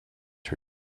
her